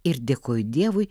ir dėkoju dievui